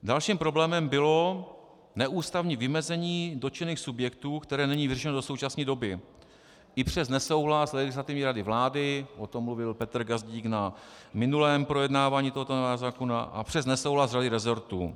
Dalším problémem bylo neústavní vymezení dotčených subjektů, které není vyřešeno do současné doby i přes nesouhlas Legislativní rady vlády, o tom mluvil Petr Gazdík při minulém projednávání tohoto návrhu, a přes nesouhlas řady rezortů.